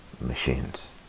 machines